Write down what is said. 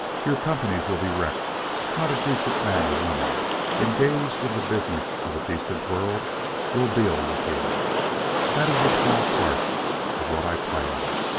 your companies will be wrecked not a decent man or woman engaged in the business of a decent world will deal with you that is a small part of what i plan.